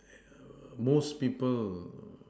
most people